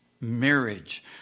marriage